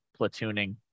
platooning